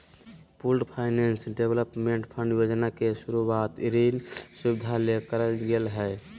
pooled finance development fund योजना के शुरूवात ऋण सुविधा ले करल गेलय हें